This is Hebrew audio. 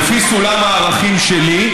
לפי סולם הערכים שלי,